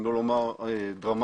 אם לא לומר דרמטית,